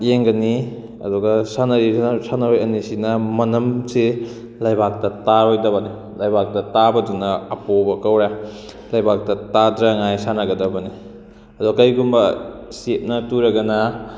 ꯌꯦꯡꯒꯅꯤ ꯑꯗꯨꯒ ꯁꯥꯟꯅꯔꯤꯁꯤꯅ ꯁꯥꯟꯅꯔꯣꯏ ꯑꯅꯤꯁꯤꯅ ꯃꯅꯝꯁꯦ ꯂꯩꯕꯥꯛꯇ ꯇꯥꯔꯣꯏꯗꯕꯅꯤ ꯂꯩꯕꯥꯛꯇ ꯇꯥꯕꯗꯨꯅ ꯑꯄꯣꯕ ꯀꯧꯔꯦ ꯂꯩꯕꯥꯛꯇ ꯇꯥꯗꯅꯉꯥꯏ ꯁꯥꯟꯅꯒꯗꯕꯅꯤ ꯑꯗꯣ ꯀꯔꯤꯒꯨꯝꯕ ꯆꯦꯞꯅ ꯇꯨꯔꯒꯅ